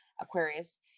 aquarius